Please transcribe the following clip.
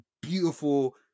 beautiful